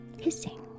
hissing